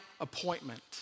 appointment